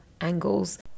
angles